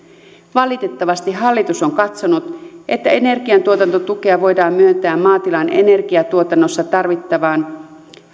valitettavasti hallitus on katsonut että energiantuotantotukea voidaan myöntää maatilan energiatuotannossa tarvittavaan